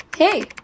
Hey